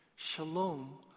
Shalom